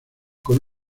con